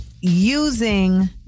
using